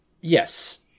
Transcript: Yes